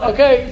Okay